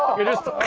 um it just